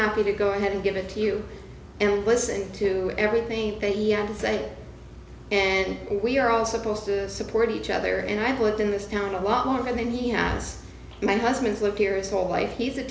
happy to go ahead and give it to you and listen to everything they yearn to say and we're all supposed to support each other and i put in this town a lot longer than he has my husband's